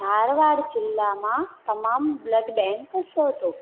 ધારવાડ જિલ્લામાં તમામ blood bank શોધો